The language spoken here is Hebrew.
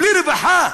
בלי רווחה.